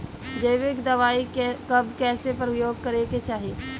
जैविक दवाई कब कैसे प्रयोग करे के चाही?